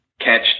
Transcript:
catch